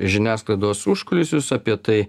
žiniasklaidos užkulisius apie tai